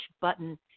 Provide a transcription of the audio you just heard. button